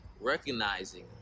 Recognizing